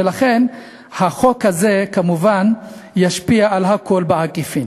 ולכן החוק הזה כמובן ישפיע על הכול בעקיפין.